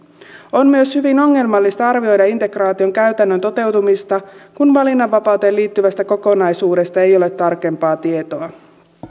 on myös hyvin ongelmallista arvioida integraation käytännön toteutumista kun valinnanvapauteen liittyvästä kokonaisuudesta ei ole tarkempaa tietoa